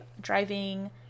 driving